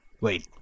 Wait